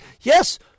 yes